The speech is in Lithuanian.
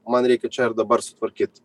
man reikia čia ir dabar sutvarkyt